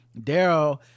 daryl